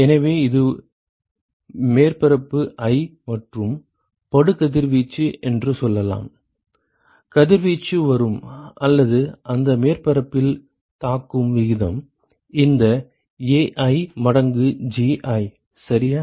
எனவே இது மேற்பரப்பு i மற்றும் படுகதிர்வீச்சு என்று சொல்லலாம் கதிர்வீச்சு வரும் அல்லது அந்த மேற்பரப்பில் தாக்கும் விகிதம் இந்த Ai மடங்கு Gi சரியா